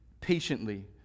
patiently